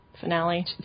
finale